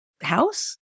house